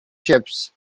ships